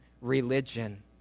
religion